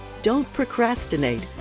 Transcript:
don't procrastinate,